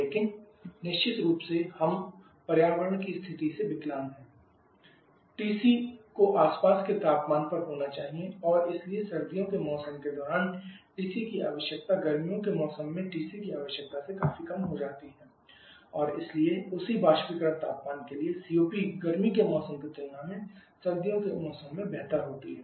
लेकिन निश्चित रूप से हम पर्यावरण की स्थिति से विकलांग हैं TC को आसपास के तापमान पर होना चाहिए और इसलिए सर्दियों के मौसम के दौरान TC की आवश्यकता गर्मियों के मौसम में TC की आवश्यकता से काफी कम हो सकती है और इसलिए उसी बाष्पीकरण तापमान के लिए COP गर्मी के मौसम की तुलना में सर्दियों के मौसम मैं काफी बेहतर हो सकता है